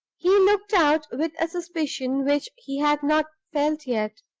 he looked out with a suspicion which he had not felt yet.